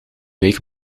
week